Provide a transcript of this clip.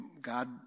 God